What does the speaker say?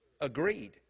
agreed